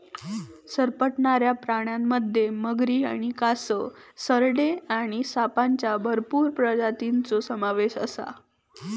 सरपटणाऱ्या प्राण्यांमध्ये मगरी आणि कासव, सरडे आणि सापांच्या भरपूर प्रजातींचो समावेश आसा